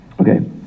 Okay